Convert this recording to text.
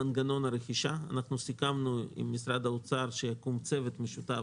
מנגנון הרכישה אנחנו סיכמנו עם משרד האוצר שיקום צוות משותף,